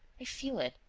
i feel it.